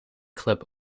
club